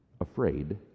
afraid